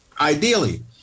ideally